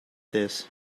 this